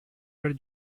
were